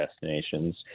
destinations